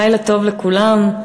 כמו צבא.